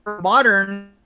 modern